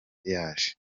yaje